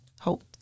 hope